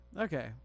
okay